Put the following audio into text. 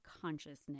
consciousness